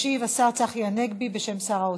ישיב השר צחי הנגבי בשם שר האוצר.